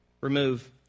Remove